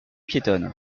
piétonne